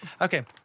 Okay